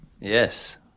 Yes